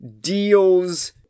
deals